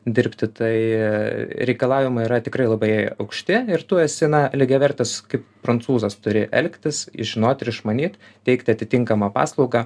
dirbti tai reikalavimai yra tikrai labai aukšti ir tu esi na lygiavertis kaip prancūzas turi elgtis žinot ir išmanyt teikti atitinkamą paslaugą